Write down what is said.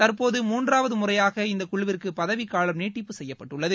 தற்போது மூன்றாவது முறையாக இந்தக் குழுவிற்கு பதவிக்காலம் நீடிப்பு செய்யப்பட்டுள்ளது